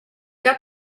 got